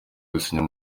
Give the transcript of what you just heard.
gusinya